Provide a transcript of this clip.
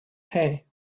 hey